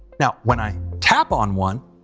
now when i tap on one,